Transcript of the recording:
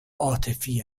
عاطفی